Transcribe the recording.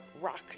rock